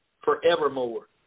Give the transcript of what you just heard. forevermore